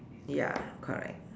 ya correct